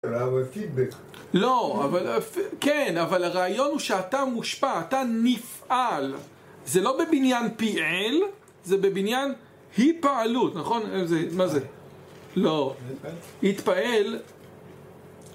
לא, כן, אבל הרעיון הוא שאתה מושפע, אתה נפעל זה לא בבניין פיעל, זה בבניין היפעלות, נכון? מה זה? לא, התפעל